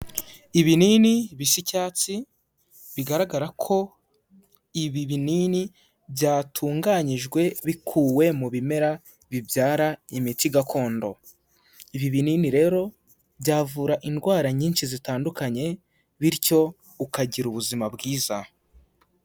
Ibinini bisa icyatsi bigaragara ko ibi binini byatunganyijwe bikuwe mu bimera bibyara imiti gakondo. Ibi binini rero byavura indwara nyinshi zitandukanye bityo ukagira ubuzima bwiza.